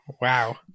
Wow